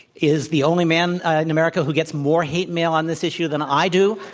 is the only man in america who gets more hate mail on this issue than i do,